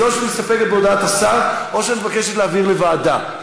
זה או שאת מסתפקת בהודעת השר או שאת מבקשת להעביר לוועדה.